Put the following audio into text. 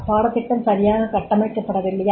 பாடத்திட்டம் சரியாக கட்டமைக்கப்படவில்லையா